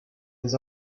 des